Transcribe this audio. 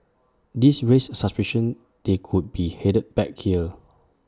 this raised suspicion they could be headed back here